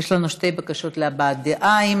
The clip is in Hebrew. יש לנו שתי בקשות להבעת דעה, אם